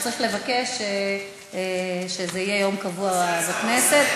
אתה צריך לבקש שזה יהיה יום קבוע בכנסת.